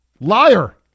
Liar